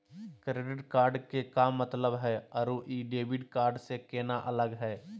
Credit card के का मतलब हई अरू ई डेबिट कार्ड स केना अलग हई?